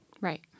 Right